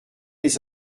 les